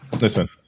Listen